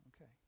Okay